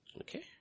Okay